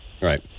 Right